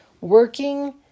working